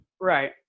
Right